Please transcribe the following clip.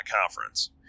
conference